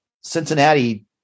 Cincinnati